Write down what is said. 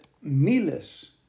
Miles